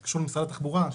זה קשור למשרד התחבורה.